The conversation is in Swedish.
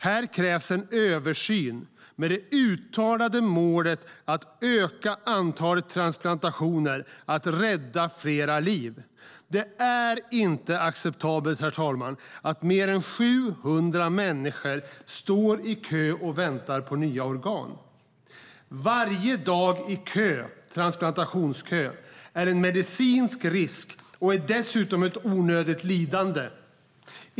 Här krävs en översyn med det uttalade målet att öka antalet transplantationer och rädda fler liv. Det är inte acceptabelt att mer än 700 människor står i kö och väntar på nya organ. Varje dag i transplantationskö är en medicinsk risk och dessutom ett onödigt lidande.